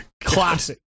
classic